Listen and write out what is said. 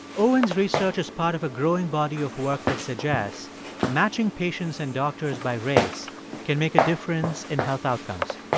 owen's research is part of a growing body of work that suggests matching patients and doctors by race can make a difference in health outcomes.